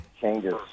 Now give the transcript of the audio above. changes